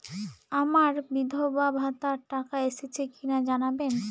আমার বিধবাভাতার টাকা এসেছে কিনা জানাবেন?